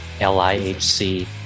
L-I-H-C